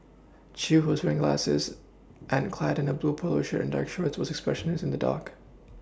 Chew who was wearing glasses and clad in a blue polo shirt and dark shorts was expressionless in the dock